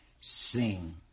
Sing